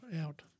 out